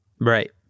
Right